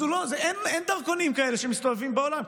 אז אין דרכונים כאלה שמסתובבים בעולם,